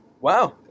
Wow